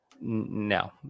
No